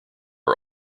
are